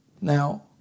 Now